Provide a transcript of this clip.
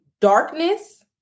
darkness